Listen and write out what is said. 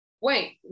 wait